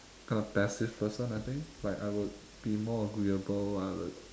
kind of passive person I think like I would be more agreeable I would